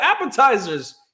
appetizers